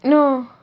no